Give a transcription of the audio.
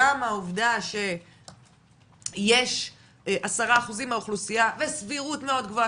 גם העובדה שיש עשרה אחוזים מהאוכלוסייה בסבירות מאוד גבוהה